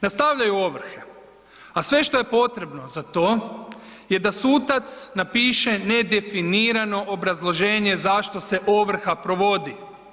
Nastavljaju ovrhe, a sve što je potrebno za to je da sudac napiše nedefinirano obrazloženje zašto se ovrha provodi.